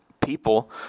people